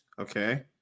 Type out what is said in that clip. Okay